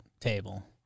table